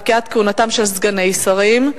פקיעת כהונתם של סגני שרים,